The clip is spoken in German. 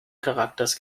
charakters